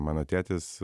mano tėtis